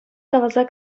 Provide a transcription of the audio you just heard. каласа